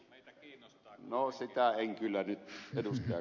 no sitä en kyllä nyt ed